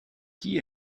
qui